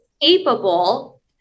capable